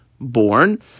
born